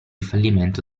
fallimento